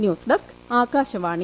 news desk Akashvani